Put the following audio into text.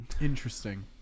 Interesting